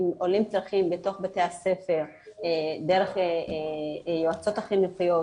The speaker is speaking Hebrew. אם עולים צריכים בתוך בתי הספר דרך יועצות החינוכיות,